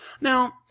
now